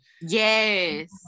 Yes